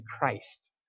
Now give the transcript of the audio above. Christ